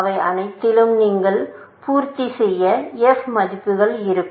அவை அனைத்திலும் நீங்கள் பூர்த்தி செய்த f மதிப்புகள் இருக்கும்